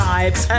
Vibes